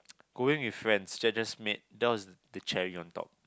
going with friends that just made that was the cherry on top